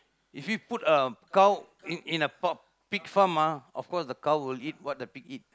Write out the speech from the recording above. if you put a cow in in a pork pig farm ah of course the cow will eat what the pig eat